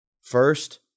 First